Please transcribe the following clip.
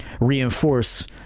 reinforce